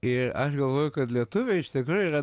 ir aš galvoju kad lietuviai iš tikrųjų yra